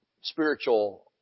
spiritual